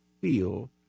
feel